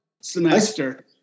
semester